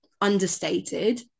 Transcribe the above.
understated